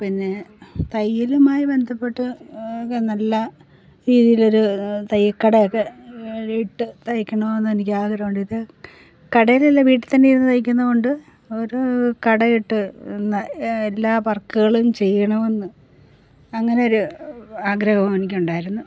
പിന്നെ തയ്യലുമായി ബന്ധപ്പെട്ട് നല്ല രീതിയിലൊരു തയ്യൽ കടയൊക്കെ ഇട്ട് തയ്ക്കണമെന്ന് എനിക്ക് ആഗ്രഹമുണ്ടിത് കടയിലല്ല വീട്ടിൽ തന്നെയിരുന്നു തയ്ക്കുന്നോണ്ട് ഒരൂ കടയിട്ട് പിന്നെ എല്ലാ വർക്ക്കളും ചെയ്യണമെന്ന് അങ്ങനെയൊരു ആഗ്രഹം എനിക്കുണ്ടായിരുന്നു